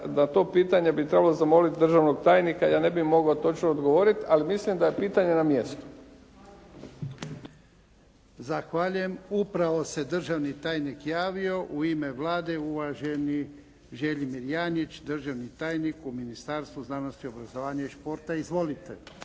da to pitanje bi trebalo zamoliti državnog tajnika, ja ne bih mogao točno odgovoriti. Ali mislim da je pitanje na mjestu. **Jarnjak, Ivan (HDZ)** Zahvaljujem. Upravo se državni tajnik javio. U ime Vlade, uvaženi Želimir Janjić, državni tajnik u Ministarstvu znanosti, obrazovanja i sporta. Izvolite.